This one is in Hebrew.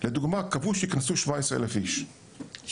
לדוגמה קבעו שייכנסו 16,000 אנשים,